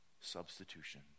substitution